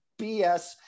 bs